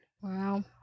Wow